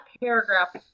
paragraph